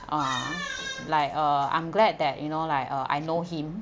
uh like uh I'm glad that you know like uh I know him